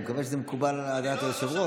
אני מקווה שזה מקובל, על דעת היושב-ראש.